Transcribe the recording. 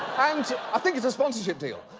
and i think it's a sponsorship deal.